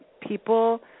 people